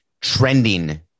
trending